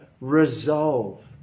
resolve